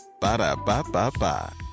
Ba-da-ba-ba-ba